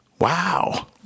Wow